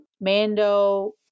Mando